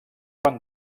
van